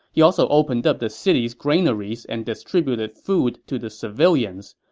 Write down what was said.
he also opened up the city's granaries and distributed food to the civilians.